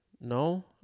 No